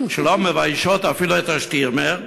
שלא מביישות אפילו את ה"שטירמר".